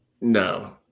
No